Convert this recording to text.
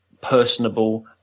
personable